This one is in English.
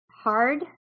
hard